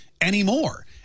anymore